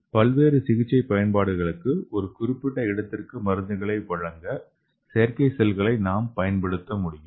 பல்வேறு சிகிச்சை பயன்பாடுகளுக்கு ஒரு குறிப்பிட்ட இடத்திற்கு மருந்துகளை வழங்க செயற்கை செல்களை நாம் பயன்படுத்தபட் முடியும்